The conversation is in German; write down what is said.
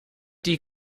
die